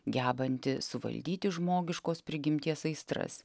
gebanti suvaldyti žmogiškos prigimties aistras